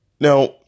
Now